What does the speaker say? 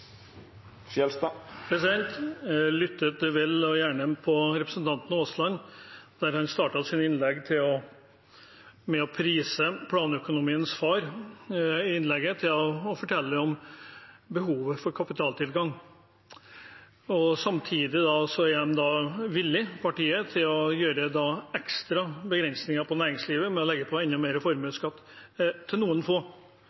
Jeg lyttet vel og gjerne på representanten Aasland, som startet sitt innlegg med å prise planøkonomiens far og gikk over til å fortelle om behovet for kapitaltilgang. Samtidig er partiet villig til å legge ekstra begrensninger på næringslivet ved å legge på enda mer formuesskatt, til noen få.